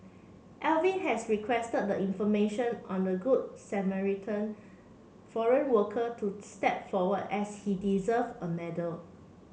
Alvin has requested the information on the Good Samaritan foreign worker to step forward as he deserve a medal